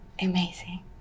amazing